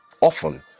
often